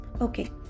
Okay